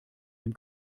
dem